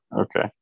Okay